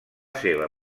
seva